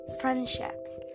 friendships